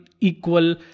equal